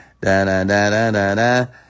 Da-da-da-da-da-da